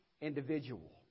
individual